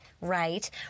right